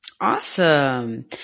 Awesome